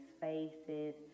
faces